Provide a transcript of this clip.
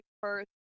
first